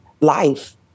life